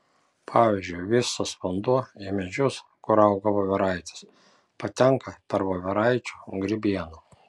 pavyzdžiui visas vanduo į medžius kur auga voveraitės patenka per voveraičių grybieną